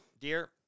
dear